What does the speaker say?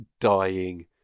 dying